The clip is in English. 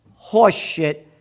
horseshit